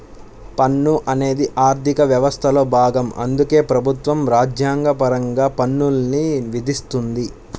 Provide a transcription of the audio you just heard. పన్ను అనేది ఆర్థిక వ్యవస్థలో భాగం అందుకే ప్రభుత్వం రాజ్యాంగపరంగా పన్నుల్ని విధిస్తుంది